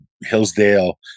Hillsdale